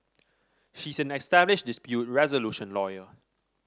she is an established dispute resolution lawyer